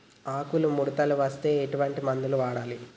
ఆకులు ముడతలు వస్తే ఎటువంటి మందులు వాడాలి?